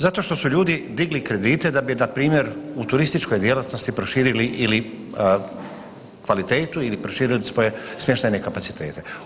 Zato što su ljudi digli kredite da bi npr. u turističkoj djelatnosti proširili ili kvalitetu ili proširili svoje smještajne kapacitete.